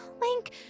Link